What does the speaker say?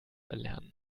erlernen